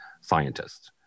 scientists